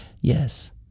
Yes